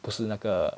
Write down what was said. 不是那个